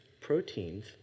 proteins